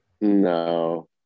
no